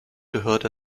gehört